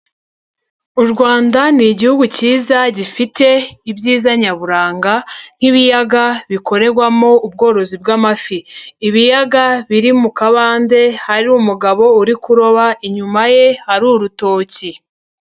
U Rwanda ni Igihugu kiza gifite ibyiza nyaburanga nk'ibiyaga bikorerwamo ubworozi bw'amafi, ibiyaga biri mu kabande hari umugabo uri kuroba inyuma ye hari urutoki.